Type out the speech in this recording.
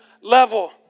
level